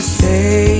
say